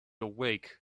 awake